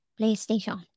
PlayStation